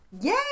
Yay